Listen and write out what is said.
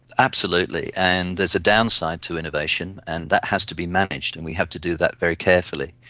absolutely, and there is a downside to innovation and that has to be managed and we have to do that very carefully.